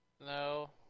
No